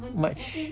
much